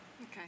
Okay